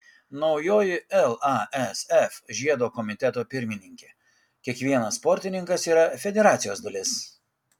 naujoji lasf žiedo komiteto pirmininkė kiekvienas sportininkas yra federacijos dalis